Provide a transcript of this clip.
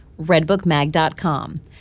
redbookmag.com